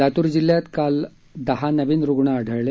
लातूर जिल्ह्यात काल दहा नवीन रुग्ण आढळून आले